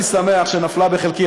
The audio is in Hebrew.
אני שמח שנפלה בחלקי,